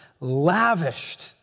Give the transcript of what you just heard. lavished